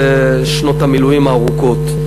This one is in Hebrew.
זה באמת מייצג את ההתרעננות הכל-כך